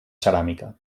ceràmica